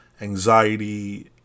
anxiety